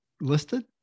listed